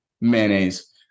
mayonnaise